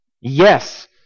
Yes